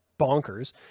bonkers